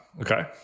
Okay